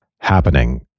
happening